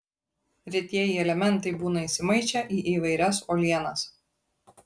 retieji elementai būna įsimaišę į įvairias uolienas